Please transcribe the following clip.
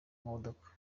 modoka